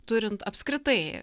turint apskritai